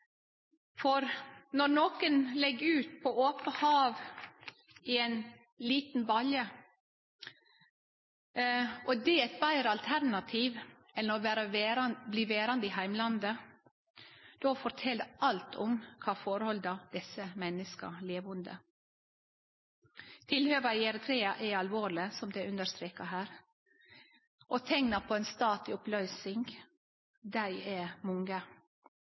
Når nokon legg ut på ope hav i ein liten balje, og det er eit betre alternativ enn å verte verande i heimlandet, fortel det alt om kva forhold desse menneska lever under. Tilhøva i Eritrea er alvorlege, som det er understreka her, og teikna på ein stat i oppløysing er mange.